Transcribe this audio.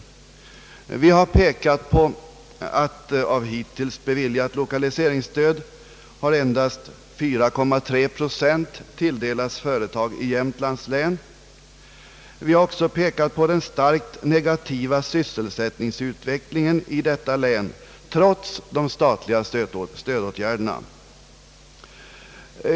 Av hittills beviljat 1okaliseringsstöd har endast 4,3 procent tilldelats företag i Jämtlands län, framhåller vi, och pekar på den starkt negativa sysselsättningsutvecklingen i detta län trots de statliga stödåtgärderna.